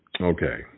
Okay